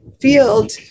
field